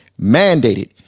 mandated